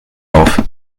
auf